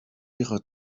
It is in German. ihre